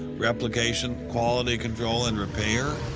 replication, quality control, and repair?